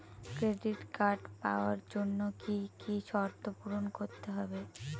Credit card পাওয়ার জন্য কি কি শর্ত পূরণ করতে হবে?